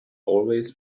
always